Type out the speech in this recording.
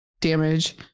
damage